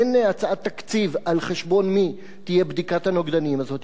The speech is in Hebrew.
אין הצעת תקציב על חשבון מי תהיה בדיקת הנוגדנים הזאת,